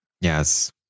Yes